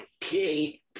Kate